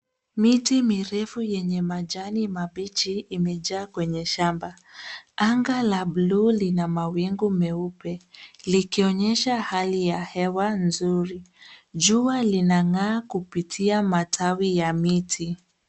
Miti mirefu yenye majani mabichi imeja kwenye shamba. Anga la bluu lina mawingu meupe, likionyesha hali ya hewa nzuri. Jua linangaa kupitia matawi ya miti.